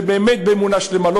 באמת באמונה שלמה,